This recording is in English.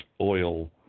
Oil